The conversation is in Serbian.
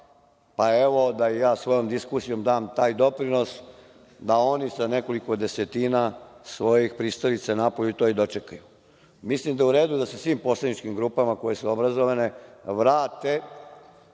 pa evo da i ja svojom diskusijom da svoj doprinos da oni sa nekoliko desetina svojih pristalica napolju to i dočekaju. Mislim da je u redu da se svim poslaničkim grupama koje su obrazovane vrate